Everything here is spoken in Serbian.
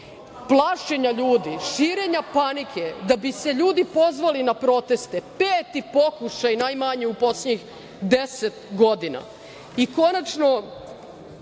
plašenja ljudi, širenja panike, da bi se ljudi pozvali na proteste, peti pokušaj najmanje u poslednjih deset